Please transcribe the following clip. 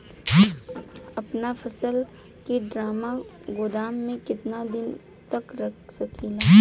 अपना फसल की ड्रामा गोदाम में कितना दिन तक रख सकीला?